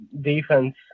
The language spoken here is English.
defense